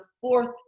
fourth